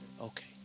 Okay